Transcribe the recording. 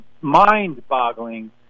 mind-boggling